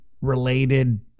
related